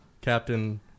Captain